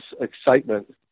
excitement